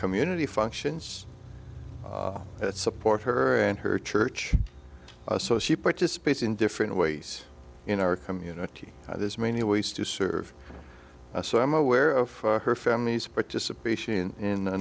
community functions that support her and her church so she participates in different ways in our community there's many ways to serve so i'm aware of her family's participation in